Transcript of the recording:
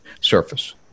surface